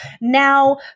Now